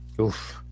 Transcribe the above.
Oof